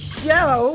show